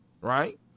Right